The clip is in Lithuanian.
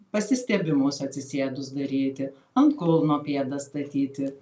pasistiebimus atsisėdus daryti ant kulno pėdas statyti